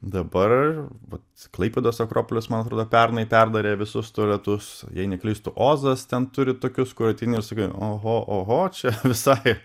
dabar vat klaipėdos akropolis man atrodo pernai perdarė visus tualetus jei neklystu ozas ten turi tokius kur ateini ir sakai oho oho čia visai